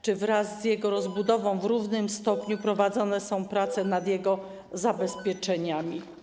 Czy wraz z jego rozbudową w równym stopniu prowadzone są prace nad jego zabezpieczeniami?